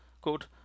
quote